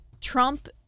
Trump